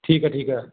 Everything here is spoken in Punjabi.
ਠੀਕ ਹੈ ਠੀਕ ਹੈ